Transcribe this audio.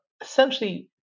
essentially